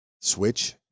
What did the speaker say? switch